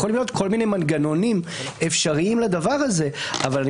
יכולים להיות כל מיני מנגנונים אפשריים לדבר הזה אבל אני